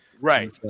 Right